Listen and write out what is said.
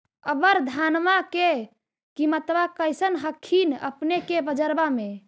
अबर धानमा के किमत्बा कैसन हखिन अपने के बजरबा में?